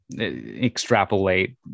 extrapolate